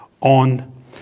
on